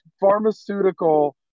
pharmaceutical